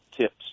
tips